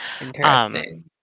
Interesting